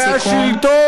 אתם אזרחים מסוג ב'.